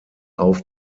auf